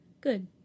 Good